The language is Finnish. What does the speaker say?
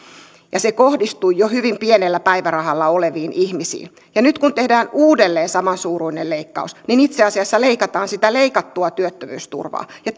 ja se kohdistui jo hyvin pienellä päivärahalla oleviin ihmisiin nyt kun tehdään uudelleen samansuuruinen leikkaus niin itse asiassa leikataan sitä leikattua työttömyysturvaa ja